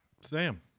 Sam